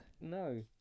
No